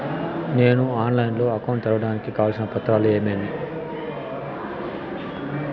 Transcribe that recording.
నేను ఆన్లైన్ లో అకౌంట్ తెరవడానికి కావాల్సిన పత్రాలు ఏమేమి?